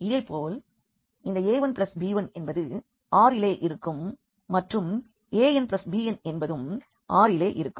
இதேபோல் இந்த a1b1 என்பது Rஇலே இருக்கும் மற்றும் anbn என்பதும் Rஇலே இருக்கும்